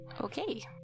Okay